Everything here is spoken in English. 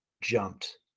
jumped